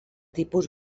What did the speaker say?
tipus